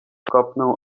kopnął